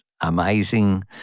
amazing